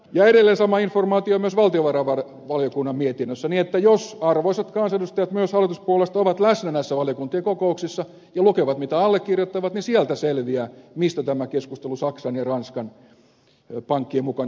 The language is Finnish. ja edelleen sama informaatio on myös valtiovarainvaliokunnan mietinnössä niin että jos arvoisat kansanedustajat myös hallituspuolueista ovat läsnä näissä valiokuntien kokouksissa ja lukevat mitä allekirjoittavat niin sieltä selviää mistä tämä keskustelu saksan ja ranskan pankkien mukanaolosta tulee